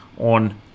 on